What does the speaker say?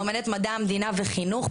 לומדת מדע המדינה וחינוך,